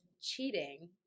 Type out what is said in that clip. Cheating